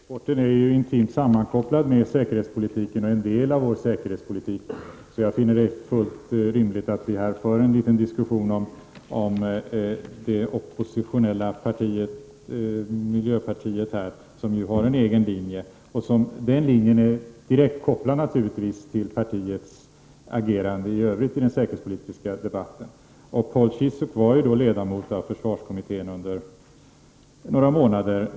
Fru talman! Krigsmaterielexporten är intimt sammankopplad med säkerhetspolitiken och är en del av vår säkerhetspolitik. Jag finner det fullt rimligt att vi här för en liten diskussion om det oppositionella partiet, miljöpartiet, som har en egen linje. Den linjen är naturligtvis direkt kopplad till partiets agerande i övrigt i den säkerhetspolitiska debatten. Paul Ciszuk var ledamot av försvarskommittén under några månader.